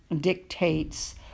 dictates